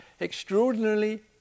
extraordinarily